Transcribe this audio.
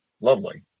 Lovely